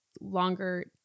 longer